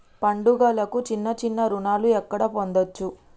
పండుగలకు చిన్న చిన్న రుణాలు ఎక్కడ పొందచ్చు?